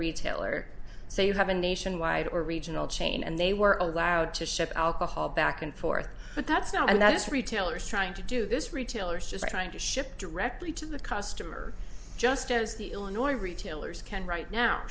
retailer so you have a nationwide or regional chain and they were allowed to ship alcohol back and forth but that's not and that's retailers trying to do this retailers just trying to ship directly to the customer just as the illinois retailers can right now